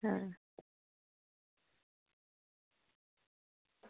आं